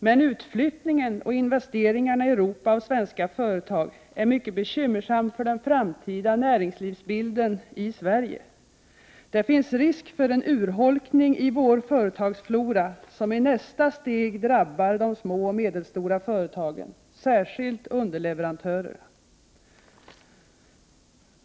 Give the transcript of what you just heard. Men utflyttningen och investeringarna i Europa när det gäller svenska företag är mycket bekymmersamma för den framtida näringslivsbilden i Sverige. Det finns en risk för en urholkning i vår företagsflora som i nästa steg drabbar de små och medelstora företagen — särskilt underleverantörerna.